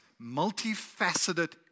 multifaceted